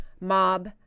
mob